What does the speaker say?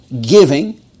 giving